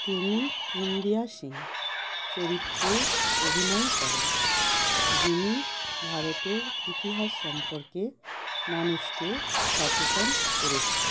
তিনি ইন্দিরা সিং চরিত্রে অভিনয় করেন যিনি ভারতের ইতিহাস সম্পর্কে মানুষকে সচেতন করেছিলেন